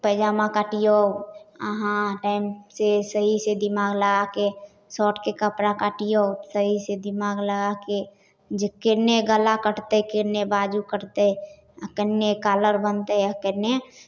पैजामा काटिऔ अहाँ टाइम से सही से दिमाग लगाके शर्टके कपड़ा काटिऔ सही से दिमाग लगाके जे केन्ने गला कटतै केन्ने बाजू कटतै आओर केन्ने कॉलर बनतै आओर केन्ने